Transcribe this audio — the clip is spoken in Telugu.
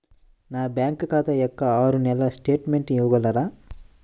నా బ్యాంకు ఖాతా యొక్క ఆరు నెలల స్టేట్మెంట్ ఇవ్వగలరా?